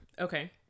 Okay